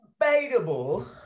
debatable